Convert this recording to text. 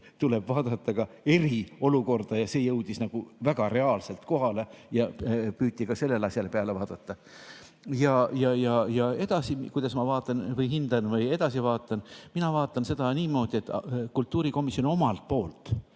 tuleb vaadata ka eriolukorda. See jõudis väga reaalselt kohale ja püüti ka sellele asjale peale vaadata. Ja kuidas ma vaatan või hindan seda edasi? Mina vaatan seda niimoodi, et kultuurikomisjon omalt poolt